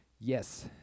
Yes